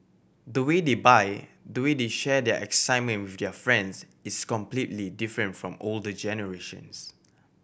the way they buy the way they share their excitement with their friends is completely different from older generations